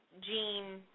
gene